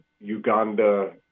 Uganda